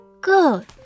good